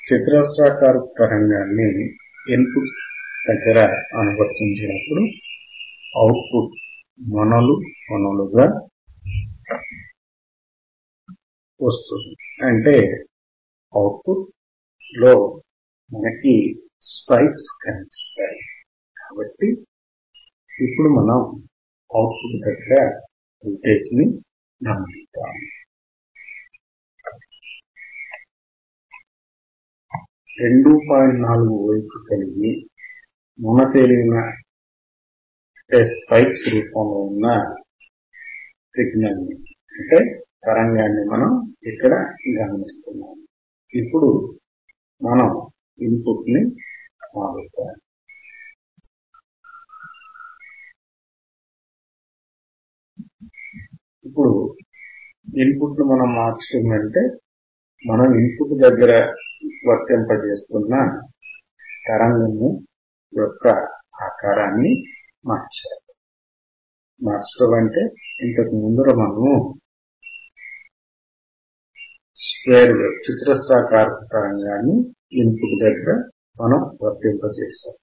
చతురస్రాకారపు తరంగాన్ని input దగ్గర అనువర్తించినప్పుడు అవుట్ పుట్ మొనలు మొనలు గా వస్తుంది కాబట్టి అవుట్ పుట్ దగ్గర ఓల్టేజ్ ని గమనిద్దాము